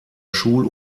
schul